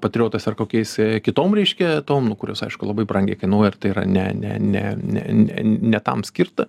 patriotais ar kokiais kitom reiškia tom nu kurios aišku labai brangiai kainuoja ir tai yra ne ne ne ne ne ne tam skirta